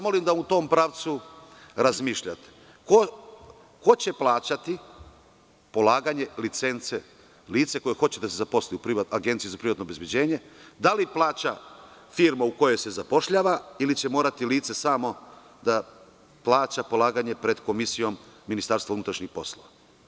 Molim vas da u tom pravcu razmišljate, ko će plaćati polaganje licence, lica koje hoće da se zaposli u agenciji za privatno obezbeđenje, da li plaća firma u kojoj se zapošljava ili će morati lice samo da plaća polaganje pred komisijom MUP.